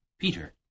Peter